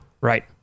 Right